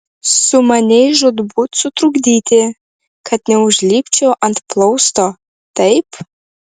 sumanei žūtbūt sutrukdyti kad neužlipčiau ant plausto taip